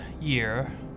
year